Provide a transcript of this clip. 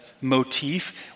motif